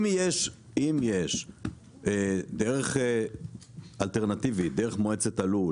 אם יש דרך אלטרנטיבית דרך מועצת הלול